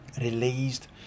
released